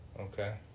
Okay